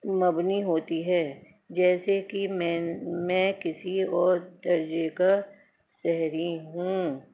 مبنی ہوتی ہے جیسے کہ میں میں کسی اور درجے کا شہری ہوں